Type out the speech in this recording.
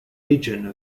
region